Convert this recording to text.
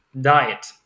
diet